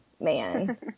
man